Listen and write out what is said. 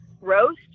roast